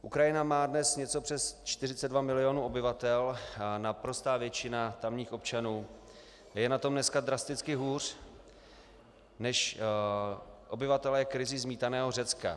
Ukrajina má dnes něco přes 42 milionů obyvatel a naprostá většina tamních občanů je na tom dneska drasticky hůř než obyvatelé krizí zmítaného Řecka.